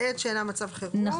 בעת שאינה מצב חירום.